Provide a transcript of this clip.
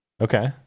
Okay